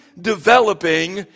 developing